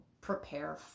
prepare